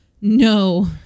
no